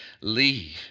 leave